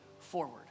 forward